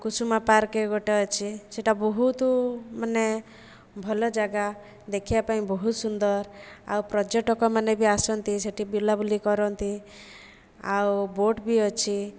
Kusuma park ଗୋଟେ ଅଛି ସେଇଟା ବହୁତ ମାନେ ଭଲ ଜାଗା ଦେଖିବା ପାଇଁ ବହୁତ ସୁନ୍ଦର ଆଉ ପର୍ଯ୍ୟଟକ ମାନେ ବି ଆସନ୍ତି ସେଇଠି ବୁଲାବୁଲି କରନ୍ତି ଆଉ ବୋଟ୍ ବି ଅଛି